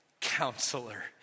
counselor